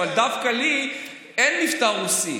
אבל דווקא לי אין מבטא רוסי.